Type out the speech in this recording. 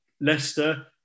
Leicester